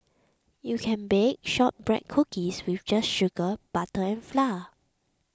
you can bake Shortbread Cookies with just sugar butter and flour